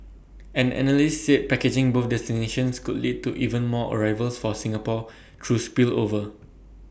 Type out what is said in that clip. an analyst said packaging both destinations could lead to even more arrivals for Singapore through spillover